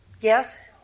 Yes